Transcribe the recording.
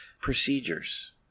procedures